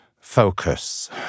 focus